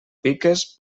piques